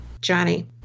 Johnny